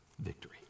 victory